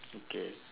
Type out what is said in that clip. okay